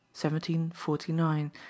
1749